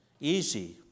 easy